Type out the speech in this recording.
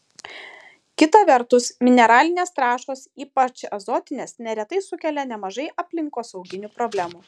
kita vertus mineralinės trąšos ypač azotinės neretai sukelia nemažai aplinkosauginių problemų